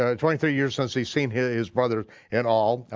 ah twenty three years since he's seen his brothers in all,